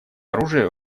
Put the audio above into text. оружие